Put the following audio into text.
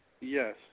Yes